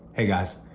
a, guys,